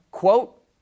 Quote